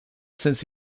since